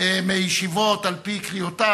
מישיבות על-פי קריאותיו,